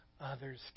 others